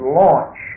launch